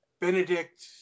Benedict